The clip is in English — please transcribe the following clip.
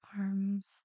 arms